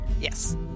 Yes